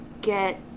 Get